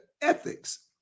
ethics